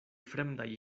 fremdaj